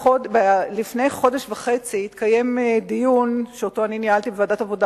לפני חודש וחצי ניהלתי דיון בוועדת העבודה,